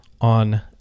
on